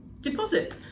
deposit